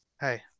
Hey